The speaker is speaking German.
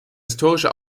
historische